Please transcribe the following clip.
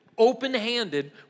Open-handed